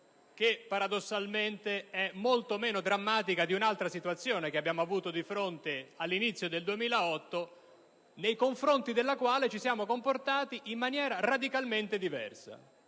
paradossalmente meno drammatica di un'altra situazione che abbiamo avuto di fronte all'inizio del 2008 e nei confronti della quale ci siamo comportati in maniera radicalmente diversa.